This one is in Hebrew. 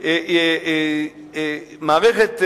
מערכת,